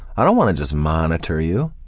i don't wanna just monitor you,